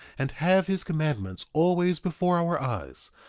and have his commandments always before our eyes,